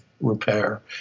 repair